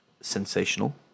sensational